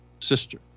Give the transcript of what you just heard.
sister